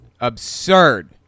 Absurd